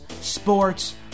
sports